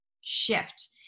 shift